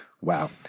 Wow